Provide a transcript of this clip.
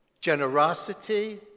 generosity